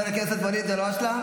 וכעת נעבור לדיון האישי.